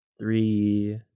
three